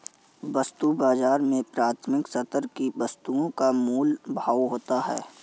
वस्तु बाजार में प्राथमिक स्तर की वस्तुओं का मोल भाव होता है